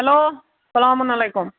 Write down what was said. hello سلامُن علیکُم